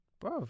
bro